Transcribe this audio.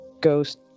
ghost